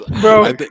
bro